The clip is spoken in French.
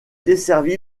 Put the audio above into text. desservi